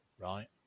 right